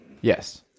Yes